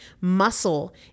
Muscle